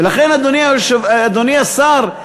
ולכן, אדוני השר,